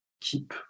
keep